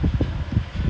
orh